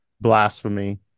blasphemy